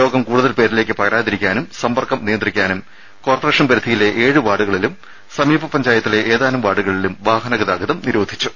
രോഗം കൂടുതൽ പേരിലേക്ക് പകരാതിരിക്കാനും സമ്പർക്കം നിയന്ത്രിക്കാനും കോർപ്പറേഷൻ പരിധിയിലെ ഏഴ് വാർഡുകളിലും സമീപ പഞ്ചായത്തിലെ ഏതാനും വാർഡുകളിലും വാഹന ഗതാഗതം നിരോധിച്ചു